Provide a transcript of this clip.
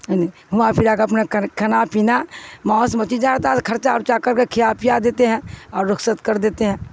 نہیں ہواں پھرا کر اپنا کھا پینا ماوس میں اچی جا رہتا ہے خرچہ ارچا کر کے کھیا پیا دیتے ہیں اور رقصد کر دیتے ہیں